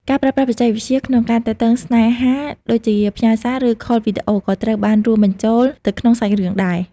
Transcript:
ការប្រើប្រាស់បច្ចេកវិទ្យា ក្នុងការទាក់ទងស្នេហា ដូចជា ផ្ញើសារ ឬ ខល Video ក៏ត្រូវបានរួមបញ្ចូលទៅក្នុងសាច់រឿងដែរ។